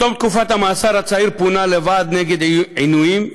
בתום תקופת המאסר הצעיר פונה לוועד נגד עינויים,